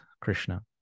Krishna